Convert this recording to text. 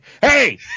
hey